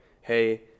hey